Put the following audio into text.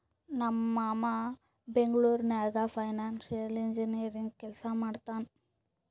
ನಮ್ ಮಾಮಾ ಬೆಂಗ್ಳೂರ್ ನಾಗ್ ಫೈನಾನ್ಸಿಯಲ್ ಇಂಜಿನಿಯರಿಂಗ್ ಕೆಲ್ಸಾ ಮಾಡ್ತಾನ್